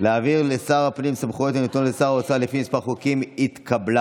להעביר לשר הפנים סמכויות הנתונות לשר האוצר לפי כמה חוקים התקבלה.